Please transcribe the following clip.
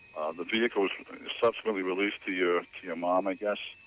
the vehicle was subsequently released to your. to your mom, i guess.